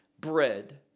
bread